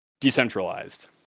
decentralized